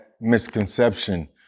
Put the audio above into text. misconception